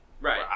Right